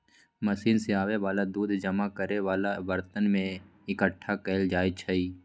machine से आबे वाला दूध जमा करे वाला बरतन में एकट्ठा कएल जाई छई